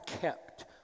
kept